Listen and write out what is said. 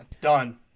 Done